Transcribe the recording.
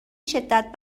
شدت